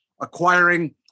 acquiring